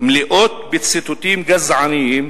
מלאות בציטוטים גזעניים,